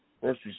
first